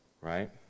right